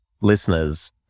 listeners